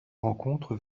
rencontre